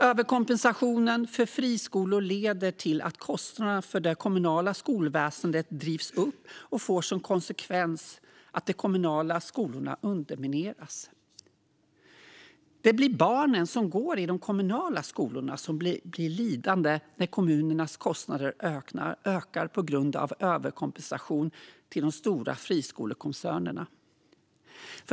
Överkompensationen för friskolor leder till att kostnaderna för det kommunala skolväsendet drivs upp och får som konsekvens att de kommunala skolorna undermineras. Det är barnen som går i de kommunala skolorna som blir lidande när kommunernas kostnader ökar på grund av överkompensation till de stora friskolekoncernerna.